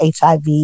HIV